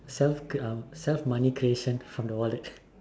self c~ uh self money creation from the wallet